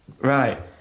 right